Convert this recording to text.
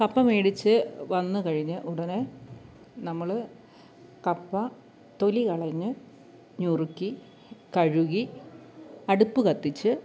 കപ്പ മേടിച്ചു വന്നു കഴിഞ്ഞ് ഉടനെ നമ്മൾ കപ്പ തൊലി കളഞ്ഞ് നുറുക്കി കഴുകി അടുപ്പു കത്തിച്ച്